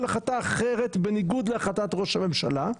החלטה אחרת בניגוד להחלטת ראש הממשלה,